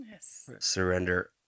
Surrender